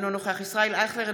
אינו נוכח ישראל אייכלר,